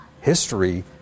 history